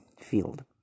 field